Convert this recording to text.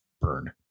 burn